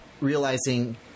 realizing